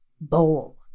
bowl